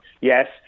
Yes